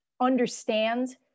understand